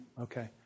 Okay